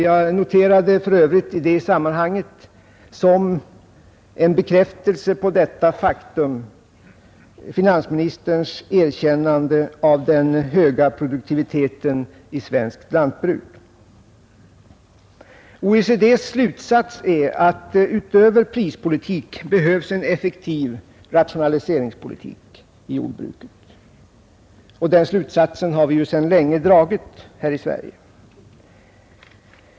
Jag noterade för övrigt som en bekräftelse på detta faktum finansministerns erkännande av den höga produktiviteten i svenskt lantbruk. OECD:s slutsats är att utöver prispolitik behövs en effektiv rationalisering inom jordbruket, och den slutsatsen har vi ju sedan länge dragit här i Sverige.